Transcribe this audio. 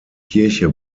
kirche